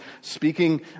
speaking